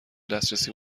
دسترسی